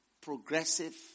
progressive